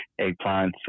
eggplants